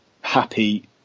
happy